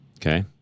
Okay